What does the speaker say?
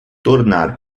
tornar